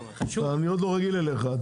אני עוד לא רגיל אליך,